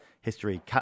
history